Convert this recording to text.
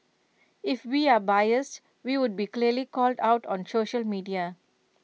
if we are biased we would be clearly called out on social media